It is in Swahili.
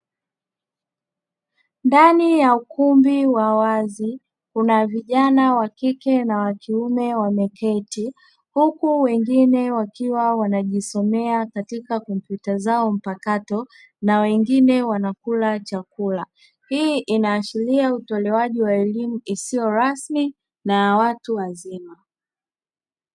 Ndani ya ukumbi wa wazi kuna vijana wa kike na wa kiume wameketi, huku wengine wakiwa wanajisomea katika kompyuta zao mpakato na wengine wanakula chakula. Hii inaashiria utolewaji wa elimu isiyo rasmi na ya watu wazima.